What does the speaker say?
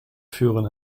führen